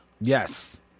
yes